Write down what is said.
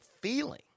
feeling